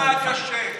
מה קשה?